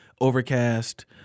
Overcast